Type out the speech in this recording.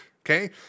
okay